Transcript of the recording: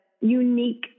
unique